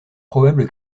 probable